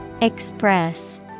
Express